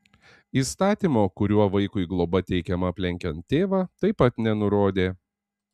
įstatymo kuriuo vaikui globa teikiama aplenkiant tėvą taip pat nenurodė